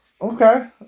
Okay